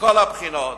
מכל הבחינות.